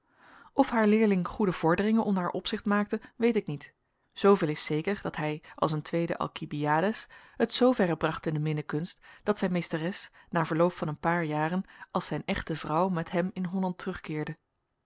of haar leerling goede vorderingen onder haar opzicht maakte weet ik niet zooveel is zeker dat hij als een tweede alcibiades het zooverre bracht in de minnekunst dat zijn meesteres na verloop van een paar jaren als zijn echte vrouw met hem in holland terugkeerde